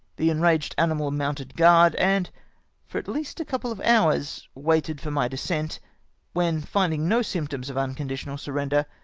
the enraged animal mounted guard, and for at least a couple of hours waited for my descent when, finding no symptoms of unconditional surrender,